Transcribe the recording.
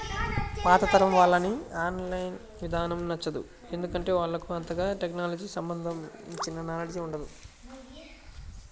పాతతరం వాళ్లకి online ఇదానం నచ్చదు, ఎందుకంటే వాళ్లకు అంతగాని టెక్నలజీకి సంబంధించిన నాలెడ్జ్ ఉండదు